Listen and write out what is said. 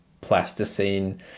plasticine